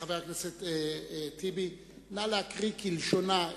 חבר הכנסת טיבי, נא לקרוא את